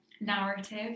narrative